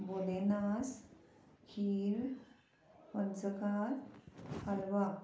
बोलेनाज खीर पंचखाज हलवा